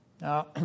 Now